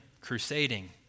crusading